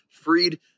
freed